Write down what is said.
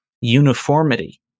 uniformity